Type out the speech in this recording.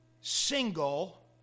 single